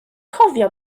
cofio